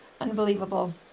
Unbelievable